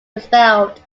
misspelled